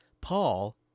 Paul